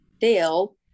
Dale